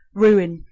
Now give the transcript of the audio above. ruin,